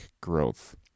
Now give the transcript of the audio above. growth